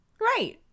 Right